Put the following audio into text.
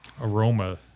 aroma